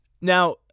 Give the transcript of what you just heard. Now